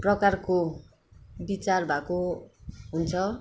प्रकारको विचार भएको हुन्छ